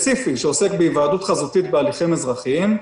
ספציפי שעוסק בהיוועדות חזותית בהליכים אזרחיים,